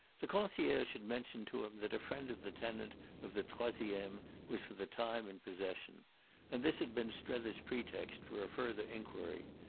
the concierge had mentioned to him that a friend of the tenant of the troisieme was for the time in possession and this had been strether's pretext for a further enquiry,